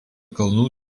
kalnų